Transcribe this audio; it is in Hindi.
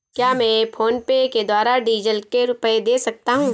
क्या मैं फोनपे के द्वारा डीज़ल के रुपए दे सकता हूं?